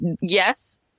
yes